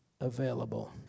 available